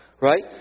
Right